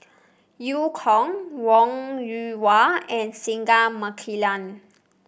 Eu Kong Wong Yoon Wah and Singai Mukilan